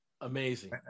amazing